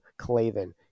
Clavin